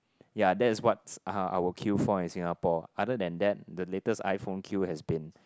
ya that is what uh I will queue for in Singapore other than that the latest iPhone queue has been